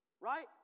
Right